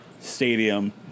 stadium